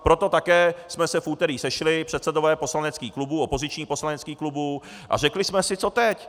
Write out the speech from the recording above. Proto také jsme se v úterý sešli, předsedové poslaneckých klubů, opozičních poslaneckých klubů, a řekli jsme si co teď.